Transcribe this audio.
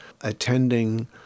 attending